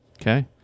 Okay